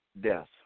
death